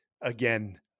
again